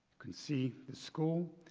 can see the school,